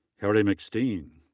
harry mcsteen,